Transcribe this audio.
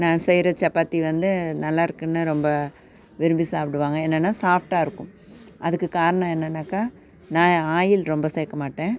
நா செய்கிற சப்பாத்தி வந்து நல்லா இருக்குதுனு ரொம்ப விரும்பி சாப்பிடுவாங்க என்னென்னா சாஃப்டாக இருக்கும் அதுக்கு காரணம் என்னென்னாக்கா நான் ஆயில் ரொம்ப சேர்க்க மாட்டேன்